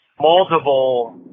multiple